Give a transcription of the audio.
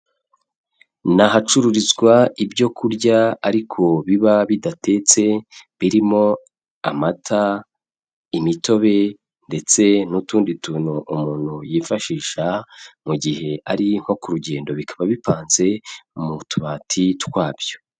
Ni ahacururizwa ibyo kurya ariko biba bidatetse birimo amata, imitobe ndetse n'utundi tuntu umuntu yifashisha mu gihe ari nko ku rugendo bikaba bipanze mu tubati twabyo.